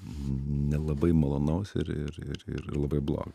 nelabai malonaus ir ir ir ir labai blogo